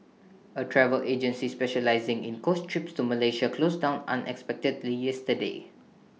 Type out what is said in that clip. A travel agency specialising in coach trips to Malaysia closed down unexpectedly yesterday